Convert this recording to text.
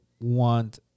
want